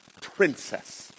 princess